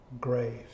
grave